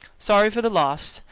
sorry for the loss,